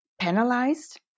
penalized